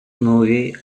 movie